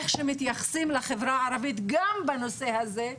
איך שמתייחסים לחברה הערבית גם בנושא הזה.